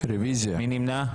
מי נמנע?